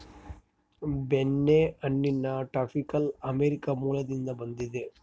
ಬೆಣ್ಣೆಹಣ್ಣಿನ tropical America ಮೂಲದಿಂದ ಬಂದದ